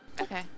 Okay